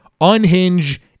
unhinge